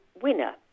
winner